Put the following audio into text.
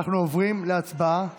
אנחנו עוברים להצבעה